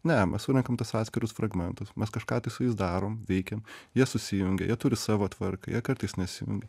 ne mes surenkam tuos atskirus fragmentus mes kažką tai su jais darom veikiam jie susijungia jie turi savo tvarką jie kartais nesijungia